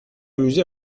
amusé